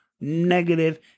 Negative